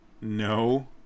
No